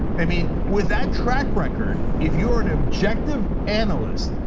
i mean with that track record, if you're an objective analyst,